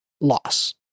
loss